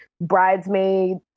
bridesmaid